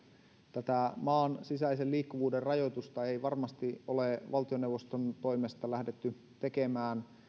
tätä maan sisäisen liikkuvuuden rajoitusta ei varmasti ole valtioneuvoston toimesta lähdetty tekemään